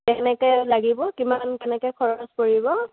কেনেকৈ লাগিব কিমান কেনেকৈ খৰচ পৰিব